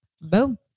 Boom